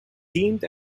deemed